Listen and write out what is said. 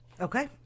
Okay